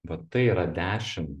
vat tai yra dešim